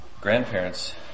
grandparents